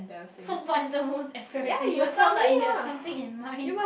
so what's the most embarrassing you sound like you have something in mind